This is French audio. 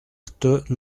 rte